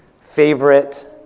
favorite